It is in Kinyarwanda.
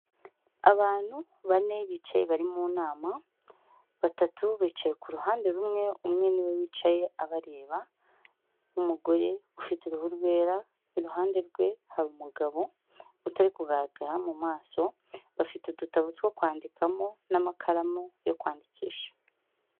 Abantu bane bicaye bari mu nama, batatu bicaye ku ruhande rumwe, umwe niwe wicaye abareba, umugore ufite uruhu rwera iruhande rwe hari umugabo utari kugaragara mu maso bafite udutabo two kwandikamo n'amakaramu yo kwandikisha.